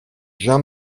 jean